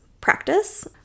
practice